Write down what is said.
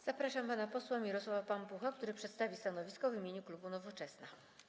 Zapraszam pana posła Mirosława Pampucha, który przedstawi stanowisko w imieniu klubu Nowoczesna.